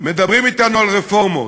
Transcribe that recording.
מדברים אתנו על רפורמות,